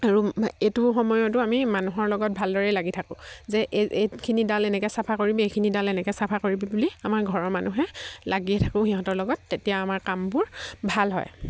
আৰু এইটো সময়তো আমি মানুহৰ লগত ভালদৰেই লাগি থাকোঁ যে এই এইখিনি ডাল এনেকৈ চাফা কৰিবি এইখিনি ডাল এনেকৈ চাফা কৰিবি বুলি আমাৰ ঘৰৰ মানুহে লাগিয়ে থাকোঁ সিহঁতৰ লগত তেতিয়া আমাৰ কামবোৰ ভাল হয়